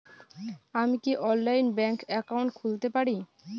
আমি কি অনলাইনে ব্যাংক একাউন্ট খুলতে পারি?